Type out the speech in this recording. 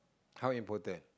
how important